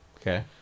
Okay